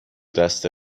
دست